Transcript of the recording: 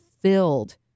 filled